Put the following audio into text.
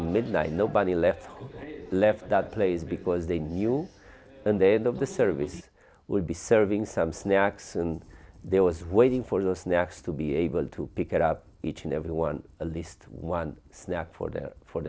midnight nobody left left that place because they knew and then of the service would be serving some snacks and there was waiting for the snacks to be able to pick it up each and everyone at least one snack for their for